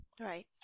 right